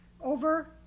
over